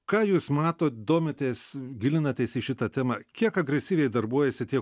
ką jūs matot domitės gilinatės į šitą temą kiek agresyviai darbuojasi tie